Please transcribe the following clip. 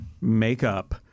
make-up